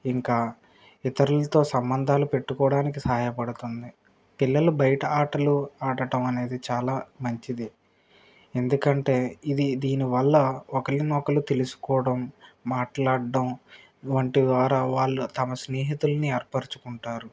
ఇంకా ఇతరులతో సంబంధాలు పెట్టుకోవడానికి సహాయపడుతుంది పిల్లలు బయట ఆటలు ఆడటం అనేది చాలా మంచిది ఎందుకంటే ఇది దీనివల్ల ఒకరినొకరు తెలుసుకోవడం మాట్లాట్టం వంటి వల్ల వారు తమ స్నేహితుల్ని ఏర్పరచుకుంటారు